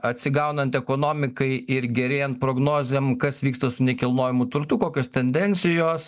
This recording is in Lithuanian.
atsigaunant ekonomikai ir gerėjant prognozėm kas vyksta su nekilnojamu turtu kokios tendencijos